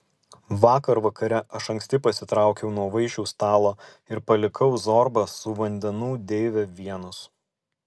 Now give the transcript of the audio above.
vakar vakare aš anksti pasitraukiau nuo vaišių stalo ir palikau zorbą su vandenų deive vienus